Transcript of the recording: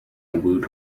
woot